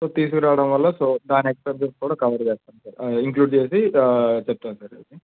so తీసుకురావడం వల్ల so దాని ఎక్స్పెన్సెస్ చార్జెస్ కూడా కవర్ చెప్తాం సార్ ఇంక్లూడ్ చేసి చెప్తాం సార్ అది